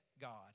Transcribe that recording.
God